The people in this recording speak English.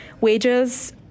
wages